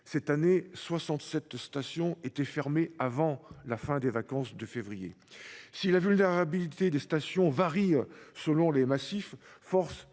cette année, 67 % des stations ont été fermées avant même la fin des vacances de février. Si la vulnérabilité des stations varie selon les massifs,